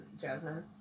Jasmine